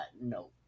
No